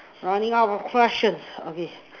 running out of questions okay